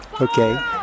Okay